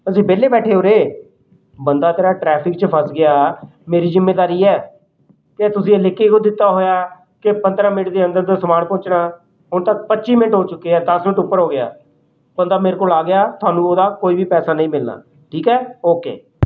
ਅਸੀਂ ਵਿਹਲੇ ਬੈਠੇ ਉਰੇ ਬੰਦਾ ਤੇਰਾ ਟਰੈਫ਼ਿਕ 'ਚ ਫਸ ਗਿਆ ਮੇਰੀ ਜ਼ਿੰਮੇਦਾਰੀ ਹੈ ਅਤੇ ਤੁਸੀਂ ਇਹ ਲਿਖ ਕੇ ਕਿਉਂ ਦਿੱਤਾ ਹੋਇਆ ਕਿ ਪੰਦਰਾਂ ਮਿੰਟ ਦੇ ਅੰਦਰ ਅੰਦਰ ਸਮਾਨ ਪਹੁੰਚਣਾ ਹੁਣ ਤੱਕ ਪੱਚੀ ਮਿੰਟ ਹੋ ਚੁੱਕੇ ਹੈ ਦੱਸ ਮਿੰਟ ਉਪਰ ਹੋ ਗਿਆ ਬੰਦਾ ਮੇਰੇ ਕੋਲ ਆ ਗਿਆ ਤੁਹਾਨੂੰ ਉਹਦਾ ਕੋਈ ਵੀ ਪੈਸਾ ਨਹੀਂ ਮਿਲਣਾ ਠੀਕ ਹੈ ਓਕੇ